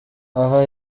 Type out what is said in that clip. aha